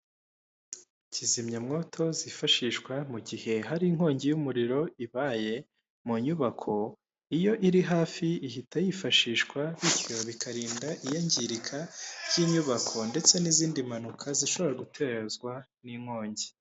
Kizimyamwoto zifashishwa mu gihe hari inkongi y'umuriro ibaye mu nyubako, iyo iri hafi ihita yifashishwa bityo bikarinda iyangirika ry'inyubako ndetse n'izindi mpanuka zishobora gutezwa n'inkongi.